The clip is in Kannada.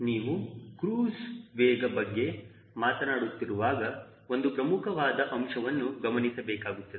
ನೀವು ಕ್ರೂಜ್ ವೇಗ ಬಗ್ಗೆ ಮಾತನಾಡುತ್ತಿರುವಾಗ ಒಂದು ಪ್ರಮುಖವಾದ ಅಂಶವನ್ನು ಗಮನಿಸಬೇಕಾಗುತ್ತದೆ